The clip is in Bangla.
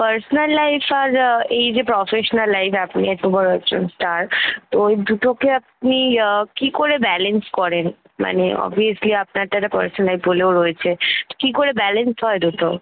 পার্সোনাল লাইফ আর এই যে প্রফেশনাল লাইফ আপনি এতবড় একজন স্টার তো এই দুটোকে আপনি কী করে ব্যালেন্স করেন মানে অবভিয়াসলি আপনার তো একটা পার্সোনাল লাইফ বলেও রয়েছে কী করে ব্যালান্সড হয় দুটো